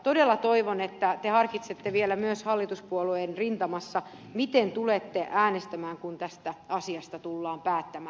todella toivon että te harkitsette vielä myös hallituspuolueiden rintamassa miten tulette äänestämään kun tästä asiasta tullaan päättämään